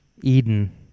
Eden